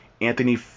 Anthony